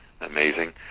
amazing